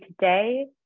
today